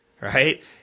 Right